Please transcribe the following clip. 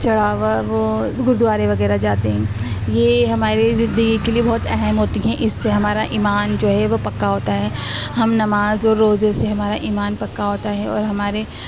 چراغاں وہ گرودوارے وغیرہ جاتے ہیں یہ ہماری زندگی کے لیے بہت اہم ہوتی ہیں اس سے ہمارا ایمان جو ہے وہ پکا ہوتا ہے ہم نماز اور روزے سے ہمارا ایمان پکا ہوتا ہے اور ہمارے